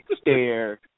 stare